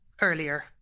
earlier